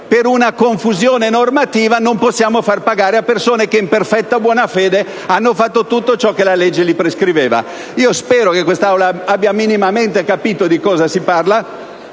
ed inequivocabile - non possiamo penalizzare persone che in perfetta buona fede hanno fatto tutto ciò che la legge prescriveva. Spero che quest'Aula abbia minimamente capito di cosa si parla.